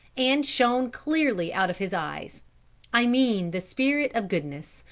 and shone clearly out of his eyes i mean the spirit of goodness,